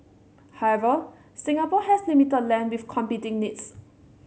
however Singapore has limited land with competing needs